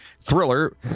Thriller